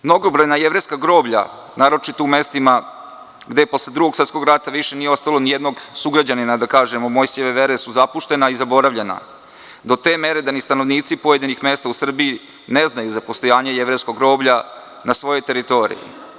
Mnogobrojna jevrejska groblja, naročito u mestima gde posle Drugog svetskog rada više nije ostalo ni jednog sugrađanina Mojsijeve vere, su zapuštena i zaboravljena, do te mere da ni stanovnici pojedinih mesta u Srbiji ne znaju za postojanje jevrejskog groblja na svojoj teritoriji.